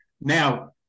Now